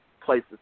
places